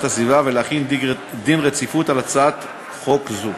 הסביבה ולהחיל דין רציפות על הצעת חוק זו.